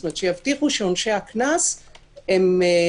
זאת אומרת שיבטיחו שעונשי הקנס יוטלו,